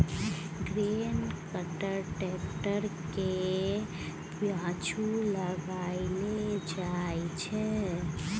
grain cart tractor केर पाछु लगाएल जाइ छै